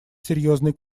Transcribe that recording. серьёзный